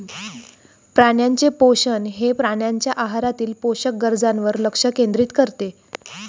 प्राण्यांचे पोषण हे प्राण्यांच्या आहारातील पोषक गरजांवर लक्ष केंद्रित करते